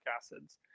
acids